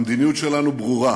המדיניות שלנו ברורה: